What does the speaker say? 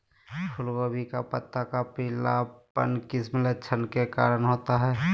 फूलगोभी का पत्ता का पीलापन किस लक्षण के कारण होता है?